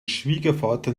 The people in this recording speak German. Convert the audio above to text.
schwiegervater